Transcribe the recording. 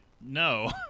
no